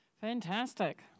Fantastic